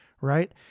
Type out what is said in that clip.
right